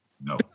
No